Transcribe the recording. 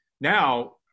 Now